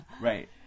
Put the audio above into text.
right